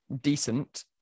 decent